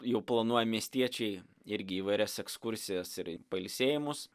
jau planuoja miestiečiai irgi įvairias ekskursijas ir pailsėjimus